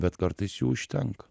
bet kartais jų užtenka